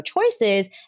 choices